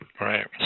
Right